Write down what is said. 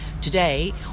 today